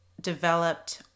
developed